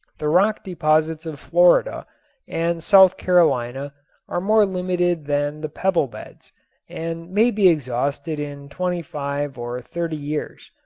the rock deposits of florida and south carolina are more limited than the pebble beds and may be exhausted in twenty-five or thirty years,